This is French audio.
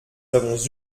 avons